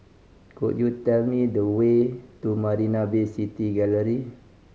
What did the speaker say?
could you tell me the way to Marina Bay City Gallery